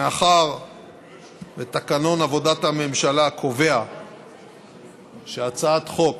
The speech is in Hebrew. מאחר שתקנון עבודת הממשלה קובע שהצעת חוק